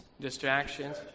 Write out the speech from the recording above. Distractions